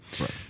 right